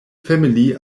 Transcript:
family